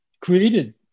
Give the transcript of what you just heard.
created